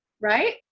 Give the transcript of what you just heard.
Right